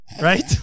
right